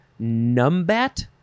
Numbat